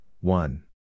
one